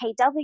KW